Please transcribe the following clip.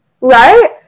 Right